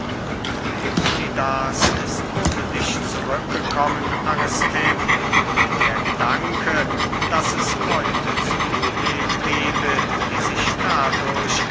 kleonidas ist ohne dich zurückgekommen aristipp und der gedanke daß es leute zu milet gebe die sich dadurch